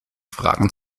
fragen